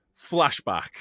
flashback